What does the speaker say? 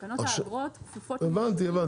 ותקנות האגרות כפופות --- הבנתי הבנתי.